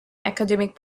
academic